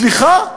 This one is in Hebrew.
סליחה,